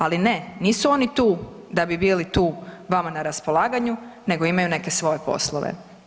Ali ne, nisu oni tu da bi bili tu vama na raspolaganju nego imaju neke svoje poslove.